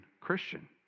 christian